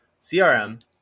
CRM